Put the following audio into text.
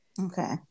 Okay